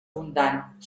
abundant